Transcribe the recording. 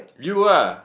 you ah